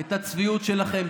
את הצביעות שלכם.